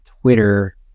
Twitter